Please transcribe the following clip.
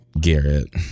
Garrett